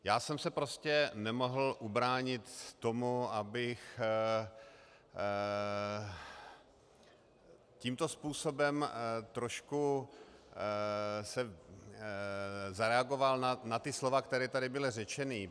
Já jsem se prostě nemohl ubránit tomu, abych tímto způsobem trošku zareagoval na ta slova, která tady byla řečena.